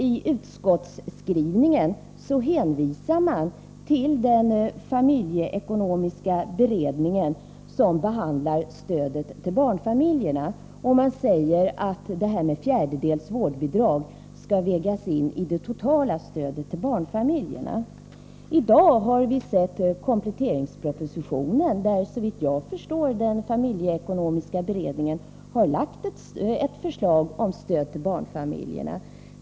I utskottsskrivningen hänvisar man till den familjekonomiska beredningen, som behandlar stödet till barnfamiljerna. Man säger att detta fjärdedels vårdbidrag skall vägas in i det totala stödet till barnfamiljerna. I dag har vi sett kompletteringspropositionen, och såvitt jag förstår har den familjekonomiska beredningen lagt fram ett förslag om stöd till barnfamiljerna.